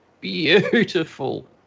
beautiful